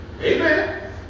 Amen